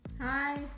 Hi